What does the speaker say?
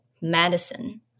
medicine